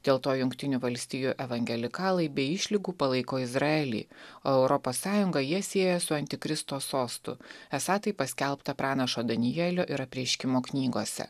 dėl to jungtinių valstijų evangelikalai be išlygų palaiko izraelį o europos sąjungą jie sieja su antikristo sostu esą tai paskelbta pranašo danielio ir apreiškimo knygose